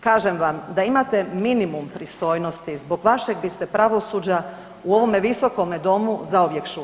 Kažem vam da imate minimum pristojnosti zbog vašeg biste pravosuđa u ovome Visokome domu zauvijek šutjeli.